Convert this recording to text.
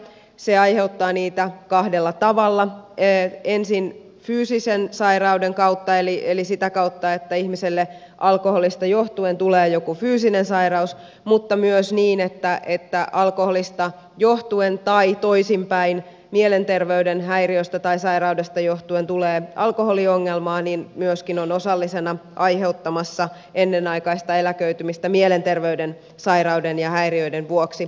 se aiheuttaa niitä kahdella tavalla ensin fyysisen sairauden kautta eli sitä kautta että ihmiselle alkoholista johtuen tulee joku fyysinen sairaus mutta myös niin että alkoholista johtuen tai toisinpäin mielenterveyden häiriöstä tai sairaudesta johtuen tulee alkoholiongelmaa se on osallisena aiheuttamassa ennenaikaista eläköitymistä mielenterveyden sairauden ja häiriöiden vuoksi